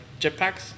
jetpacks